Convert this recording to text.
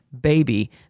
baby